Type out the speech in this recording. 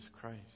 Christ